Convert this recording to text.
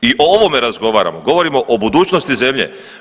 I o ovome razgovaramo, govorimo o budućnosti zemlje.